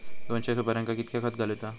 दोनशे सुपार्यांका कितक्या खत घालूचा?